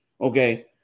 okay